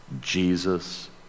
Jesus